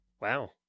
Wow